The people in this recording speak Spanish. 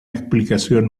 explicación